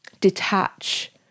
detach